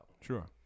sure